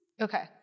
Okay